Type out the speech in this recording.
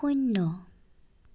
শূন্য